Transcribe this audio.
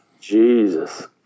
Jesus